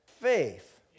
faith